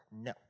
no